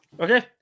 Okay